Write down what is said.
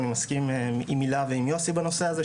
ואני מסכים עם הילה ויוסי בנושא הזה,